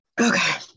okay